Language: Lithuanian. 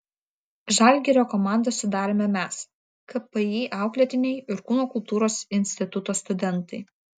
žalgirio komandą sudarėme mes kpi auklėtiniai ir kūno kultūros instituto studentai